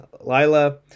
Lila